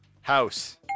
House